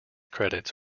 credits